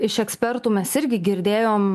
iš ekspertų mes irgi girdėjom